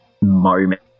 moment